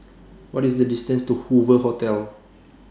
What IS The distance to Hoover Hotel